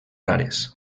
rares